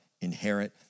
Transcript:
inherit